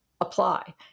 apply